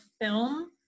film